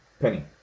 Penny